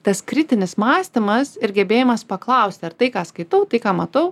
tas kritinis mąstymas ir gebėjimas paklausti ar tai ką skaitau tai ką matau